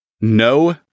No